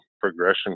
progression